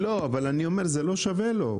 לא שווה לו.